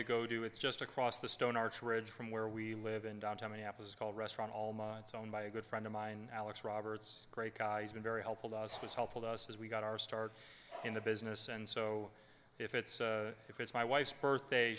to go do it's just across the stone arch ridge from where we live in downtown minneapolis called restaurant almost it's owned by a good friend of mine alex roberts great guys been very helpful to us was helpful to us as we got our start in the business and so if it's if it's my wife's birthday